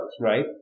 right